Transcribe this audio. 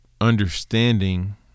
understanding